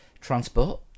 transport